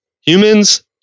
humans